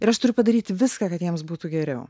ir aš turiu padaryti viską kad jiems būtų geriau